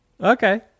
Okay